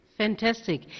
Fantastic